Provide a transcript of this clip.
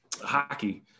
hockey